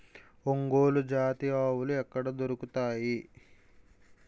ఒంగోలు జాతి ఆవులు ఎక్కడ దొరుకుతాయి?